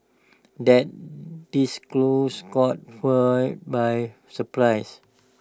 that disclose caught firms by surprise